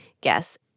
guess